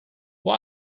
why